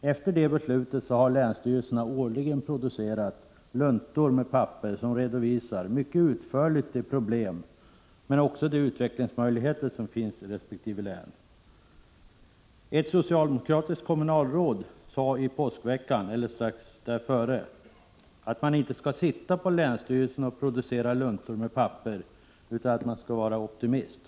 Efter det beslutet har länsstyrelserna årligen producerat tjocka luntor med papper, som mycket utförligt redovisar både de problem och de utvecklingsmöjligheter som finns i resp. län. Ett socialdemokratiskt kommunalråd sade strax före påsk att man inte skall sitta och producera luntor med papper på länsstyrelserna utan att man skall vara optimist.